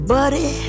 Buddy